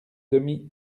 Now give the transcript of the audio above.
denis